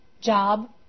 job